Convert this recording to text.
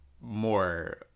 more